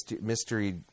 mystery